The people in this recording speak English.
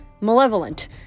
malevolent